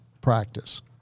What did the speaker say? practice